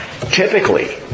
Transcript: Typically